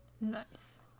nice